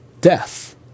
death